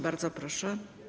Bardzo proszę.